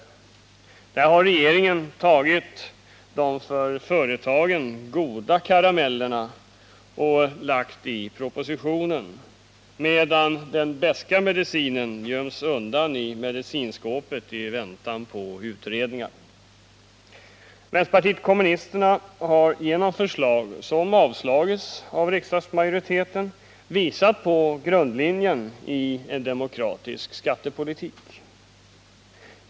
Regeringen ger genom propositionens förslag företagen de goda karamellerna medan den beska medicinen göms undan i medicinskåpet i väntan på utredningar. Vänsterpartiet kommunisterna har genom förslag, som avslagits av riksdagsmajoriteten, visat på grundlinjerna i en demokratisk skattepolitik.